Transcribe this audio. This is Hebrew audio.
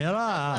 מירה,